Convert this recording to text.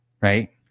right